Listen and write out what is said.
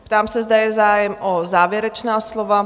Ptám se, zda je zájem o závěrečná slova?